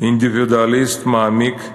"אינדיבידואליסט מעמיק,